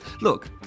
Look